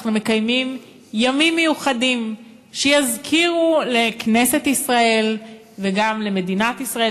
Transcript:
אנחנו מקיימים ימים מיוחדים שיזכירו לכנסת ישראל וגם למדינת ישראל,